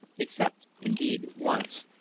except, indeed, once,